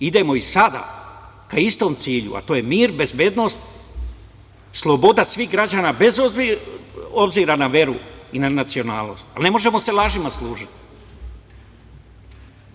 Idemo i sada ka istom cilju, a to je mir, bezbednost, sloboda svih građana, bez obzira na veru i na nacionalnost, ali ne možemo da se služimo lažima.